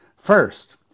First